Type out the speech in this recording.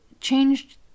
changed